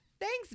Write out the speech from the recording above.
Thanks